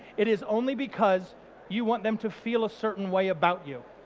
it is only because you want them to feel a certain way about you.